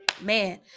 man